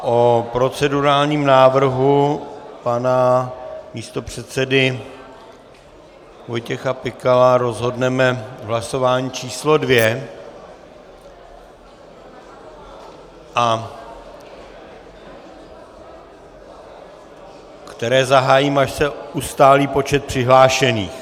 O procedurálním návrhu pana místopředsedy Vojtěcha Pikala rozhodneme v hlasování číslo dvě, které zahájím, až se ustálí počet přihlášených.